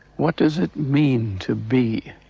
what does it mean, to be?